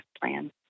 plan